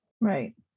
Right